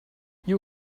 you